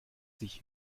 sich